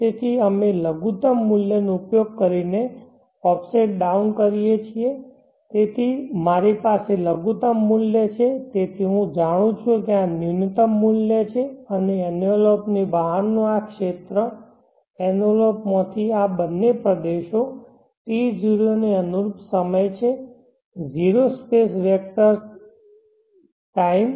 તેથી અમે લઘુત્તમ મૂલ્યનો ઉપયોગ કરીને ઓફસેટ ડાઉન કરીએ છીએ તેથી મારી પાસે લઘુત્તમ મૂલ્ય છે તેથી હું જાણું છું કે આ ન્યૂનતમ મૂલ્ય છે અને એન્વેલોપ ની બહારનો આ ક્ષેત્ર એન્વેલોપ માંથી આ બંને પ્રદેશો T0 ને અનુરૂપ સમય છે 0 સ્પેસ વેક્ટર ટાઈમ